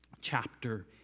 chapter